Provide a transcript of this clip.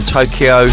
Tokyo